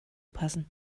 passen